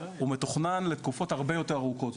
הוא מתוכנן לתקופות הרבה יותר ארוכות.